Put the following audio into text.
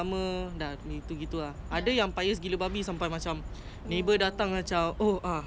so nanti buka pintu macam eh eh eh please please please one metre away